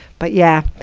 but, yeah,